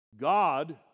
God